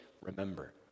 remember